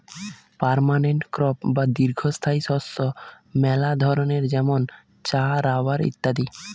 permanent crop বা দীর্ঘস্থায়ী শস্য মেলা ধরণের যেমন চা, রাবার ইত্যাদি